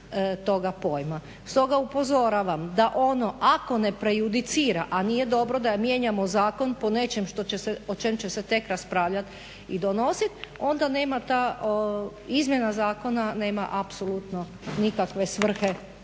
toga pojma. Stoga upozoravam da ono ako ne prejudicira, a nije dobro da mijenjamo zakon po nečem o čemu će se tek raspravljat i donosit, onda ta izmjena zakona nema apsolutno nikakve svrhe